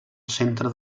centre